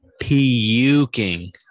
puking